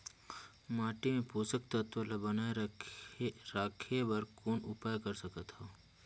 माटी मे पोषक तत्व ल बनाय राखे बर कौन उपाय कर सकथव?